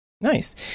nice